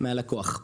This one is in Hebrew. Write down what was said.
שקלים מהלקוח.